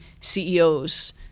ceos